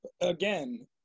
again